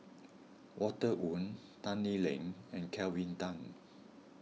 Walter Woon Tan Lee Leng and Kelvin Tan